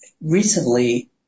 recently